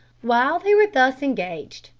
while they were thus engaged,